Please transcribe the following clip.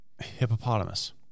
hippopotamus